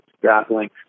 grappling